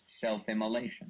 self-immolation